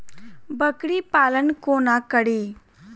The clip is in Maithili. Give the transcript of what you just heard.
बकरी पालन कोना करि?